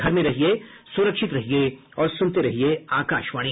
घर में रहिये सुरक्षित रहिये और सुनते रहिये आकाशवाणी